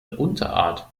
unterart